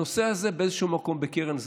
הנושא הזה הוא באיזשהו מקום בקרן זווית.